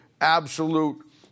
absolute